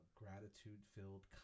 gratitude-filled